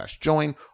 join